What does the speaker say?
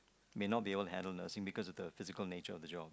may not be able to handle nursing because of the physical nature of the job